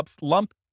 lump